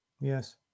yes